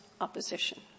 opposition